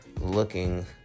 looking